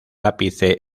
ápice